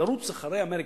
לרוץ אחרי אמריקה.